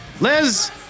Liz